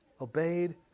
obeyed